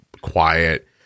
quiet